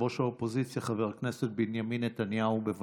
האופוזיציה חבר הכנסת בנימין נתניהו, בבקשה.